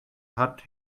hat